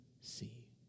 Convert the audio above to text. see